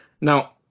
now